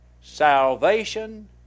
Salvation